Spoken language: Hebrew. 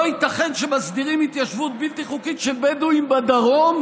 לא ייתכן שמסדירים התיישבות בלתי חוקית של בדואים בדרום,